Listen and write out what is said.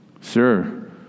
Sir